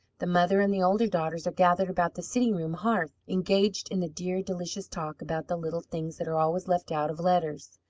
the mother and the older daughters are gathered about the sitting-room hearth, engaged in the dear, delicious talk about the little things that are always left out of letters.